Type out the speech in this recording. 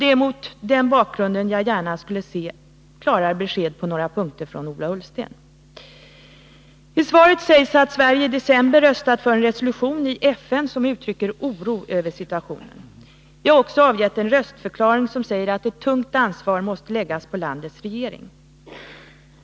Det är mot denna bakgrund som jag gärna skulle se klarare besked från Ola Ullsten på några punkter. I svaret sägs att Sverige i december röstat för en resolution i FN som uttrycker oro över situationen. Vi har också avgett en röstförklaring, som säger att ett tungt ansvar måste läggas på landets regering.